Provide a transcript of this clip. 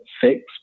fix